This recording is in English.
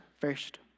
first